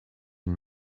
and